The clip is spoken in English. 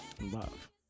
Love